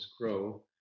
grow